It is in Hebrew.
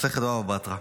מסכת בבא בתרא.